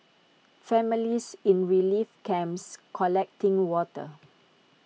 families in relief camps collecting water